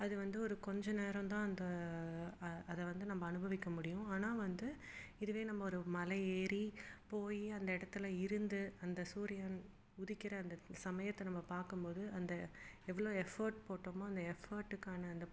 அது வந்து ஒரு கொஞ்ச நேரம் தான் அந்த அதை வந்து நம்ம அனுபவிக்க முடியும் ஆனால் வந்து இதுவே நம்ம ஒரு மலை ஏறி போய் அந்த இடத்துல இருந்து அந்த சூரியன் உதிக்கிற அந்த சமயத்தை நம்ம பார்க்கும் போது அந்த எவ்வளோ எஃபர்ட் போட்டோமோ அந்த எஃபர்ட்டுக்கான அந்த